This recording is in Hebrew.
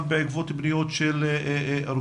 גם בעקבות פניות ארגונים,